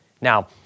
Now